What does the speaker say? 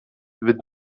wird